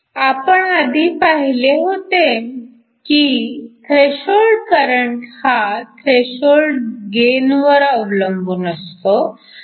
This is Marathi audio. आपण आधी पाहिले होते की थ्रेशहोल्ड करंट हा थ्रेशहोल्ड गेनवर अवलंबून असतो